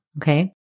Okay